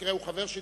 במקרה הוא חבר שלי,